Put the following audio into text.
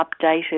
updated